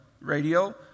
radio